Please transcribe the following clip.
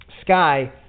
Sky